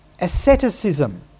Asceticism